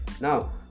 now